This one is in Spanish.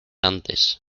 antes